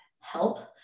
help